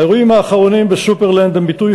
האירועים האחרונים ב"סופרלנד" הם ביטוי